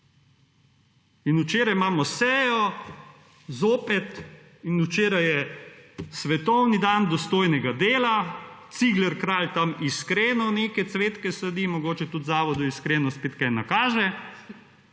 Včeraj imamo sejo zopet in včeraj je Svetovni dan dostojnega dela Cigler Kralj tam iskreno neke svetke sadi mogoče tudi zavodu iskreno spet kaj nakaže